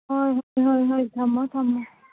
ꯍꯣꯏ ꯍꯣꯏ ꯍꯣꯏ ꯍꯣꯏ ꯊꯝꯃꯣ ꯊꯝꯃꯣ